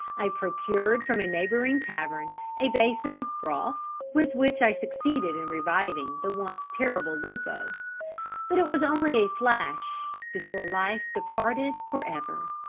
i procured from a neighbouring tavern a bason of broth with which i succeeded in reviving the once terrible lupo but it was only a flash before life departed for ever.